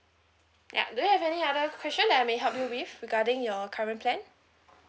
ya do you have any other question that I may help you with regarding your current plan